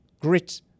grit